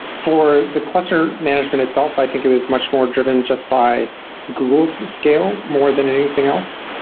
for the cluster management itself, i think it was much more driven just by google's scale more than anything else,